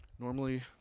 Normally